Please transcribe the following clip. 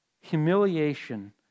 humiliation